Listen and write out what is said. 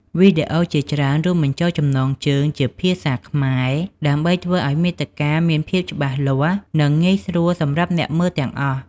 វីដេអូជាច្រើនរួមបញ្ចូលចំណងជើងជាភាសាខ្មែរដើម្បីធ្វើឱ្យមាតិកាមានភាពច្បាស់លាស់ និងងាយស្រួលសម្រាប់អ្នកមើលទាំងអស់។